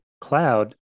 cloud